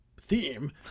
theme